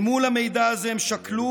את המידע הזה הם שקלו,